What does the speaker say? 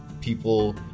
people